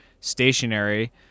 stationary